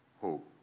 hope